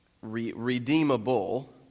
redeemable